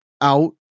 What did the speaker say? out